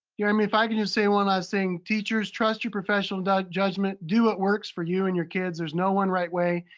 um if i could just say one last thing, teachers, trust your professional judgment. do what works for you and your kids. there's no one right way.